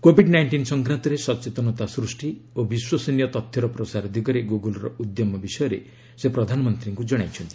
Covid nineteen ସଂକ୍ରାନ୍ତରେ ସଚେତନତା ସୃଷ୍ଟି ଓ ବିଶ୍ୱସନୀୟ ତଥ୍ୟର ପ୍ରସାର ଦିଗରେ ଗୁଗୁଲର ଉଦ୍ୟମ ବିଷୟରେ ସେ ପ୍ରଧାନମନ୍ତ୍ରୀଙ୍କୁ ଜଣାଇଛନ୍ତି